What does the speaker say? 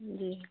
जी